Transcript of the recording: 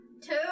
two